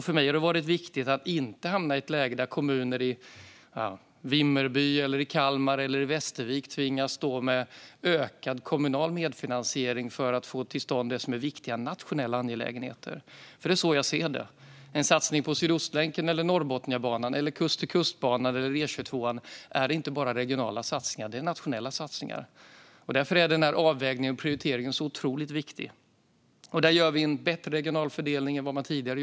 För mig har det varit viktigt att inte hamna i ett läge där kommuner som Vimmerby, Kalmar eller Västervik tvingas stå med ökad kommunal medfinansiering för att få till stånd det som är viktiga nationella angelägenheter. Det är så jag ser det. En satsning på Sydostlänken, Norrbotniabanan, Kust-till-kust-banan eller E22:an är inte bara regionala satsningar, utan de är nationella satsningar. Därför är denna avvägning och prioritering otroligt viktig, och där gör vi en bättre regional fördelning än vad man gjort tidigare.